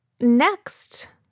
next